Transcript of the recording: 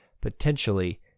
potentially